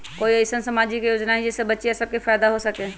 कोई अईसन सामाजिक योजना हई जे से बच्चियां सब के फायदा हो सके?